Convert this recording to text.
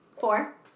four